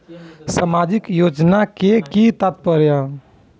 सामाजिक योजना के कि तात्पर्य?